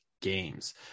games